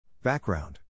Background